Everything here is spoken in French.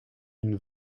une